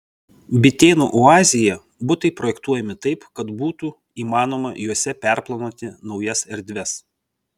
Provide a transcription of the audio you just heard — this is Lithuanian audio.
bitėnų oazėje butai projektuojami taip kad būtų įmanoma juose perplanuoti naujas erdves